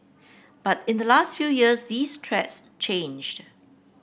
but in the last few years these threats changed